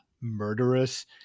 murderous